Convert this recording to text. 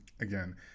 again